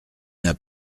n’as